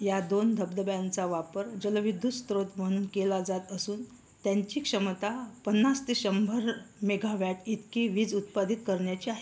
या दोन धबधब्यांचा वापर जलविद्युत स्रोत म्हणून केला जात असून त्यांची क्षमता पन्नास ते शंभर मेगावॅट इतकी वीज उत्पादित करण्याची आहे